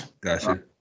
Gotcha